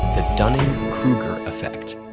the dunning-kruger effect.